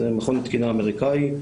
זה מכון תקינה אמריקאי,